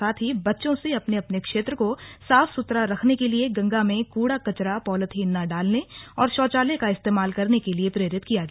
साथ ही बच्चों से अपने अपने क्षेत्र को साफ सुथरा रखने के लिए गंगा में कूड़ा कचरा पॉलीथीन न डालने और शौचालय का इस्तेमाल करने के लिए प्रेरित किया गया